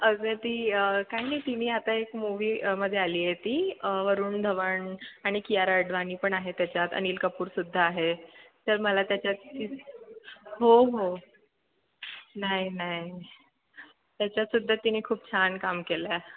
अगं ती काय नाही तिने आता एक मूवी मध्ये आली आहे ती वरुण धवन आणि कियारा अडवाणी पण आहे त्याच्यात अनिल कपूरसुद्धा आहे तर मला त्याच्यात हो हो नाही नाही त्याच्यात सुद्धा तिने खूप छान काम केलं आहे